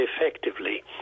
effectively